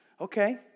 Okay